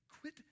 Quit